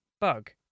Bug